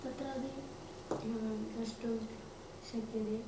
तत्रापि द्रष्टुं शक्यते